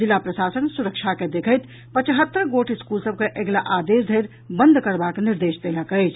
जिला प्रशासन सुरक्षा के देखैत पचहत्तर गोट स्कूल सभ के अगिला आदेश धरि बंद करबाक निर्देश देलक अछि